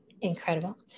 incredible